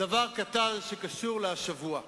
דבר קטן שקשור לשבוע זה.